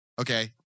Okay